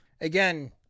Again